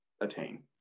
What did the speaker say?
attain